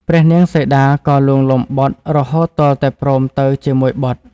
ព្រះនាងសីតា ក៏លួងលោមបុត្រ រហូតទាល់តែព្រមទៅជាមួយបុត្រ។